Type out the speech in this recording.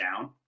down